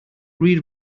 read